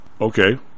Okay